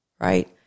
Right